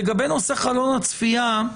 לגבי נושא חלון הצפייה,